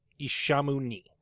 Ishamuni